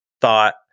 thought